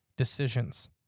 decisions